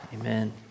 Amen